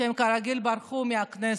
שכרגיל ברחו מהכנסת,